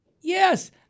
Yes